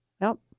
Nope